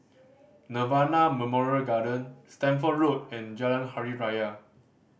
Nirvana Memorial Garden Stamford Road and Jalan Hari Raya